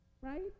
Right